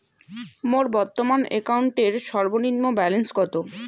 মোর বর্তমান অ্যাকাউন্টের সর্বনিম্ন ব্যালেন্স কত?